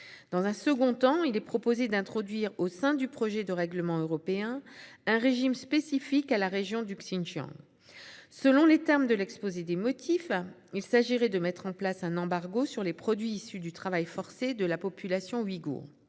Dans un second temps, il est proposé d'introduire, au sein du projet de règlement européen, un régime spécifique à la région du Xinjiang. Selon les termes de l'exposé des motifs, il s'agirait de mettre en place un embargo sur les produits issus du travail forcé de la population ouïghoure.